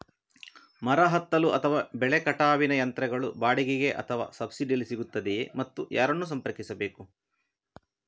ಮರ ಹತ್ತಲು ಅಥವಾ ಬೆಲೆ ಕಟಾವಿನ ಯಂತ್ರಗಳು ಬಾಡಿಗೆಗೆ ಅಥವಾ ಸಬ್ಸಿಡಿಯಲ್ಲಿ ಸಿಗುತ್ತದೆಯೇ ಮತ್ತು ಯಾರನ್ನು ಸಂಪರ್ಕಿಸಬೇಕು?